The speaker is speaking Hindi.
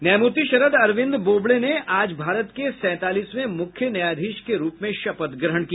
न्यायमूर्ति शरद अरविंद बोबड़े ने आज भारत के सैंतालीसवें प्रधान न्यायाधीश के रूप में शपथ ग्रहण की